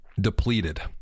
depleted